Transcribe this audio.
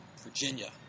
Virginia